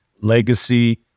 legacy